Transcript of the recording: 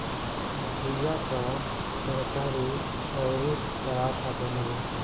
घुईया कअ तरकारी अउरी पराठा बनेला